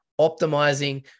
optimizing